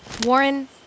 Warren